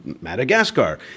Madagascar